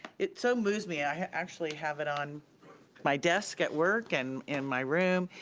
it so moves me. i actually have it on my desk at work and in my room,